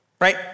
right